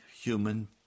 human